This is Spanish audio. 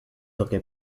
toque